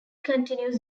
continues